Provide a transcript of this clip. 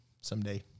someday